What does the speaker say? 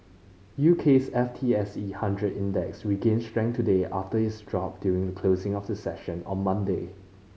U K's F T S E hundred Index regained strength today after its drop during the closing of the session on Monday